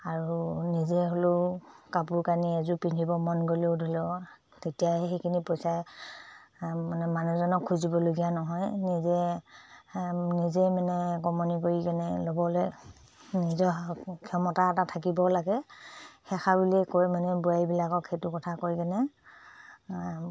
আৰু নিজে হ'লেও কাপোৰ কানি এযোৰ পিন্ধিব মন গ'লেও ধৰিলও তেতিয়া সেইখিনি পইচা মানে মানুহজনক খুজিবলগীয়া নহয় নিজে নিজেই মানে কমনি কৰি কেনে ল'বলৈ নিজৰ ক্ষমতা এটা থাকিব লাগে সেইষাৰ বুলিয়ে কৈ মানে বোৱাৰীবিলাকক সেইটো কথা কৈ কেনে